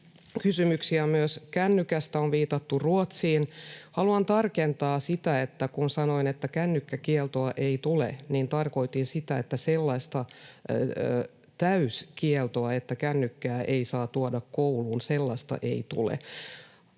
kysymyksiä myös kännykästä. On viitattu Ruotsiin. Haluan tarkentaa sitä, että kun sanoin, että kännykkäkieltoa ei tule, niin tarkoitin sitä, että sellaista täyskieltoa, että kännykkää ei saa tuoda kouluun, ei tule.